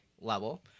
level